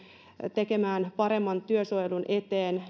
tekemään paremman työsuojelun eteen